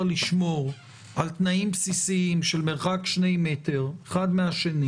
לשמור על תנאים בסיסיים של מרחק שני מ' אחד מהשני